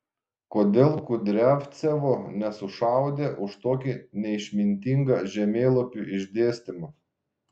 kodėl kudriavcevo nesušaudė už tokį neišmintingą žemėlapių išdėstymą